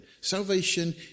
Salvation